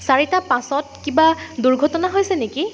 চাৰিটা পাঁচত কিবা দুৰ্ঘটনা হৈছে নেকি